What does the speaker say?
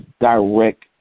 direct